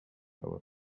bouwen